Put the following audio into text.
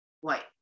white